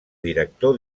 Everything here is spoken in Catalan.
director